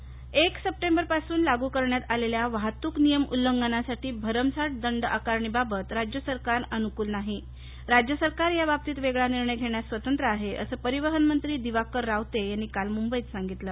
वाहतुक नियम एक सर्प बेरपासून लागू करण्यात आलेल्या वाहतूक नियम उल्लंघनासाठी भरमसाठ दंडआकारणीबाबत राज्यसरकार अनुकूल नाही राज्यसरकार याबाबतीत वेगळा निर्णय घेण्यास स्वतंत्र आहे असं परिवहनमंत्री दिवाकर रावते यांनी काल मुंबईत सांगितलं